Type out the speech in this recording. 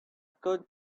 could